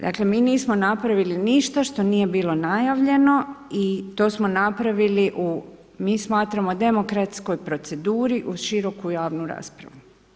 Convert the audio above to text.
Dakle, mi nismo napravili ništa što nije bilo najavljeno i to smo napravili u mi smatramo demokratskoj proceduri u široku javnu raspravu.